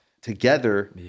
together